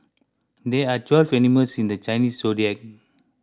there are twelve animals in the Chinese zodiac